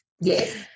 Yes